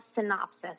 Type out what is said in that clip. synopsis